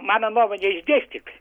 mano nuomonę išdėstyk